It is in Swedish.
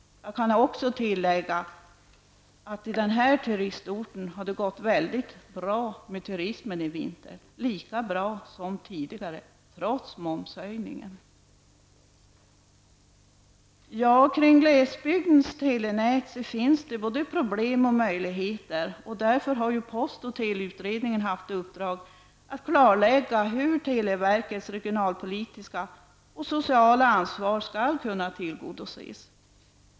Jag kan tillägga att det på denna ort har gått väldigt bra för turismen i vinter, lika bra som tidigare -- trots momshöjningen. Det finns både problem och möjligheter kring glesbygdens telenät, och därför har post och teleutredningen haft i uppdrag att klarlägga hur televerkets regionalpolitiska och sociala ansvar skall kunna tillgodoses.